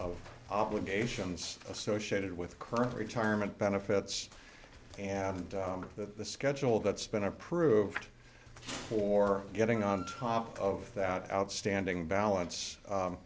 obligations associated with current retirement benefits and the schedule that's been approved for getting on top of that outstanding balance